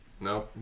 No